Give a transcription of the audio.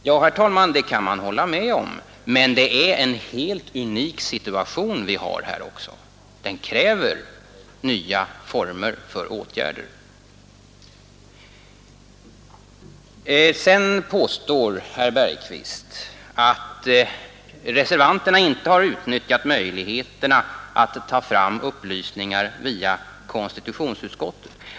Ja, det kan man hålla med om, men det är också en helt unik situation vi har som kräver nya former för åtgärder. Sedan påstod herr Bergqvist att reservanterna inte har utnyttjat möjligheterna att ta fram upplysningar via konstitutionsutskottet.